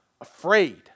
afraid